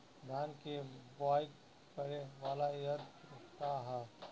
धान के बुवाई करे वाला यत्र का ह?